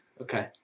Okay